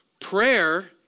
Prayer